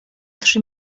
trzy